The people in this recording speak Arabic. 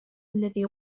الذي